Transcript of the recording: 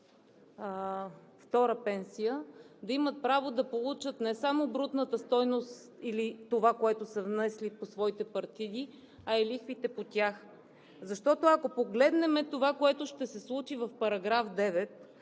втора пенсия, да имат право да получат не само брутната стойност или онова, което са внесли по своите партиди, а и лихвите по тях. Ако погледнем това, което ще се случи в § 9,